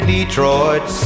Detroit